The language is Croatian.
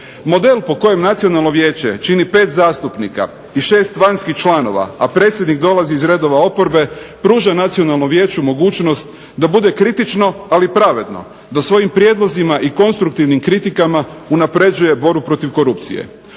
Model po kojem Nacionalno vijeće čini 5 zastupnika i 6 vanjskih članova, a predsjednik dolazi iz redova oporbe pruža Nacionalnom vijeću mogućnost da bude kritično, ali pravedno, da svojim prijedlozima i konstruktivnim kritikama unapređuje borbu protiv korupcije.